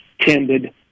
tended